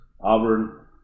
Auburn